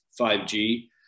5G